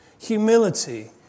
Humility